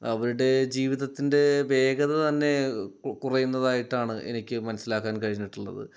അവിടെ ജീവിതത്തിൻ്റെ വേഗത തന്നെ കു കുറയുന്നതായിട്ടാണ് എനിക്ക് മനസ്സിലാക്കാൻ കഴിഞ്ഞിട്ടുള്ളത്